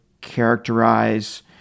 characterize